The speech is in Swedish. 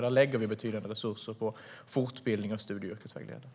Där lägger vi betydande resurser på fortbildning av studie och yrkesvägledare.